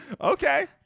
Okay